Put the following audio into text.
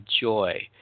joy